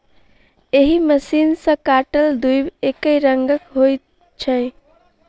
एहि मशीन सॅ काटल दुइब एकै रंगक होइत छै